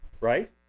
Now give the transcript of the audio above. right